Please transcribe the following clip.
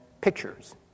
pictures